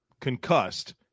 concussed